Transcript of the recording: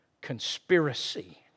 conspiracy